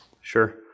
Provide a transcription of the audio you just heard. sure